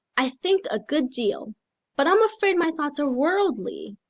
i think a good deal but i'm afraid my thoughts are worldly.